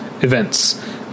events